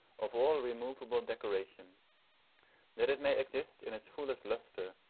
of all removable decoration that it may exist in its fullest lustre,